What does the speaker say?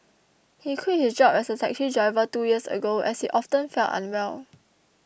he quit his job as a taxi driver two years ago as he often felt unwell